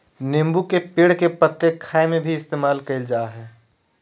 नींबू के पेड़ के पत्ते खाय में भी इस्तेमाल कईल जा हइ